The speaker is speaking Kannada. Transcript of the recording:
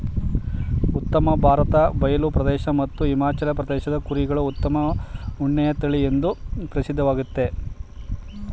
ಉತ್ತರ ಭಾರತ ಬಯಲು ಪ್ರದೇಶ ಮತ್ತು ಹಿಮಾಲಯ ಪ್ರದೇಶದ ಕುರಿಗಳು ಉತ್ತಮ ಉಣ್ಣೆಯ ತಳಿಎಂದೂ ಪ್ರಸಿದ್ಧವಾಗಯ್ತೆ